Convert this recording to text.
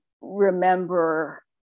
remember